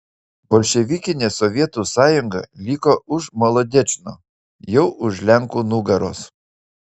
bolševikinė sovietų sąjunga liko už molodečno jau už lenkų nugaros